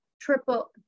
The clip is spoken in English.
triple